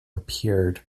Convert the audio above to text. appeared